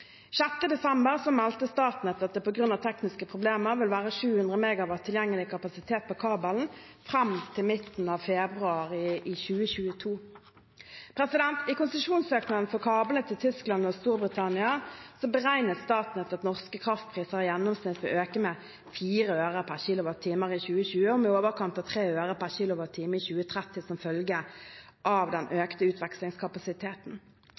Statnett at det på grunn av tekniske problemer vil være 700 MW tilgjengelig kapasitet på kabelen fram til midten av februar i 2022. I konsesjonssøknadene for kablene til Tyskland og Storbritannia beregnet Statnett at norske kraftpriser i gjennomsnitt vil øke med 4 øre per kWh i 2020 og med i overkant av 3 øre per kWh i 2030 som følge av den